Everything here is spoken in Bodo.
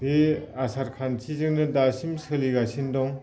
बे आसार खान्थिजोंनो दासिम सोलिगासिनो दं